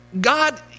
God